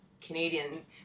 Canadian